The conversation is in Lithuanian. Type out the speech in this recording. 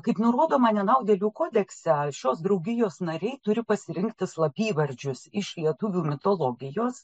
kaip nurodoma nenaudėlių kodekse šios draugijos nariai turi pasirinkti slapyvardžius iš lietuvių mitologijos